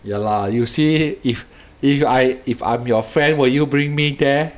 ya lah you see if if I if I'm your friend will you bring me there